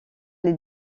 les